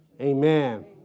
amen